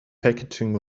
packaging